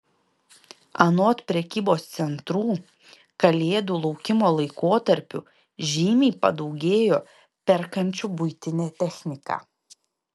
anot prekybos centrų kalėdų laukimo laikotarpiu žymiai padaugėjo perkančių buitinę techniką